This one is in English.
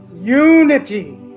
unity